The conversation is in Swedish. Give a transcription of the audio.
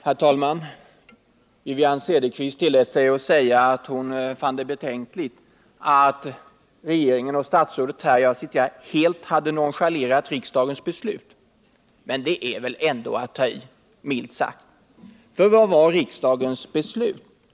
Herr talman! Wivi-Anne Cederqvist tillät sig säga att hon fann det betänkligt att regeringen och statsrådet här hade helt nonchalerat riksdagens beslut. Men det är väl ändå att ta i, milt sagt. För vad var riksdagens beslut?